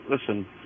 Listen